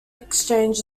exchange